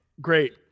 Great